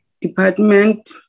department